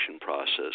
process